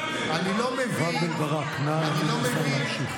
רם בן ברק, נא לתת לשר להשיב.